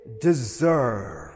deserve